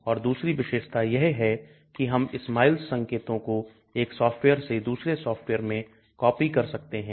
और दूसरी विशेषता यह है कि हम SMILES संकेतों को एक सॉफ्टवेयर से दूसरे सॉफ्टवेयर में कॉपी कर सकते हैं